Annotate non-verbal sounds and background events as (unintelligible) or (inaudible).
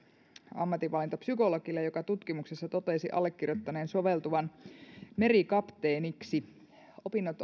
ammatinvalintapsykologille joka tutkimuksissa totesi allekirjoittaneen soveltuvan merikapteeniksi opinnot (unintelligible)